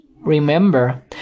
remember